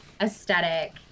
aesthetic